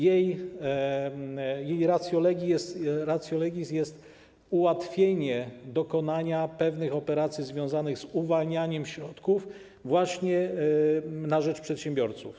Jej ratio legis jest ułatwienie dokonania pewnych operacji związanych z uwalnianiem środków właśnie na rzecz przedsiębiorców.